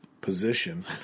position